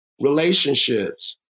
Relationships